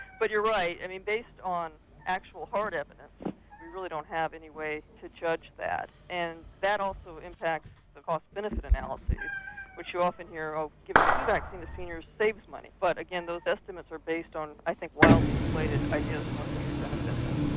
but you're right based on actual hard evidence we really don't have any way to judge that and that also impacts on the cost benefit analyses which you often hear, oh giving flu vaccines to seniors saves money, but again those estimates are based on i think widely inflated ideas of what the true benefit is.